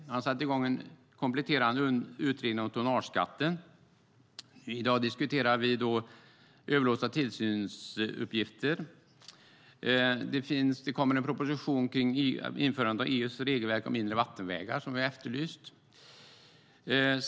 Man har satt i gång en kompletterande utredning om tonnageskatten. I dag diskuterar vi överlåtelse av tillsynsuppgifter. Det kommer en proposition om införande av EU:s regelverk för mindre vattenvägar som vi har efterlyst.